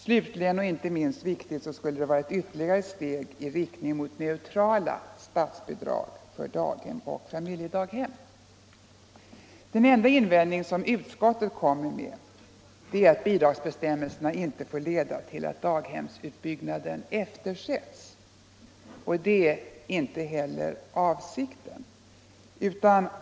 Slutligen och inte minst viktigt skulle det vara ett ytterligare steg i riktning mot neutrala statsbidrag för daghem och familjedaghem. Den enda invändning utskottet gör är att bidragsbestämmelserna inte får leda till att daghemsutbyggnaden eftersätts. Detta är inte heller avsikten.